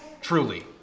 truly